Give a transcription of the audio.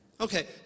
Okay